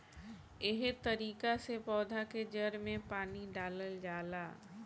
एहे तरिका से पौधा के जड़ में पानी डालल जाला